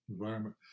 environment